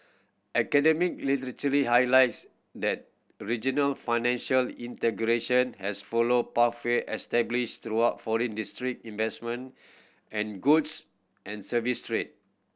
academic literature highlights that regional financial integration has followed pathway established through foreign direct investment and goods and services trade